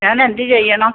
ഞാൻ എന്ത് ചെയ്യണം